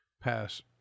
pass